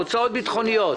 ההודעה אושרה.